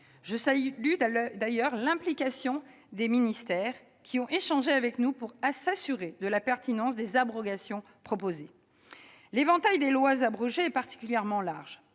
Je salue d'ailleurs l'implication des ministères, qui ont échangé avec nous pour s'assurer de la pertinence des abrogations proposées. L'éventail des lois abrogées est particulièrement large.